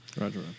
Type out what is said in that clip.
Roger